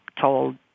told